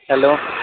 hello